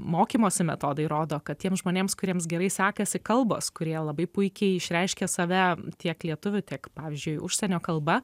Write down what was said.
mokymosi metodai rodo kad tiems žmonėms kuriems gerai sekasi kalbos kurie labai puikiai išreiškia save tiek lietuvių tiek pavyzdžiui užsienio kalba